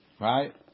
Right